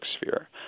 sphere